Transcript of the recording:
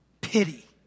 Pity